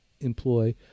employ